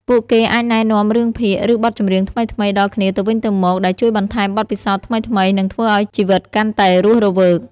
ពួកគេអាចណែនាំរឿងភាគ ឬបទចម្រៀងថ្មីៗដល់គ្នាទៅវិញទៅមកដែលជួយបន្ថែមបទពិសោធន៍ថ្មីៗ និងធ្វើឲ្យជីវិតកាន់តែរស់រវើក។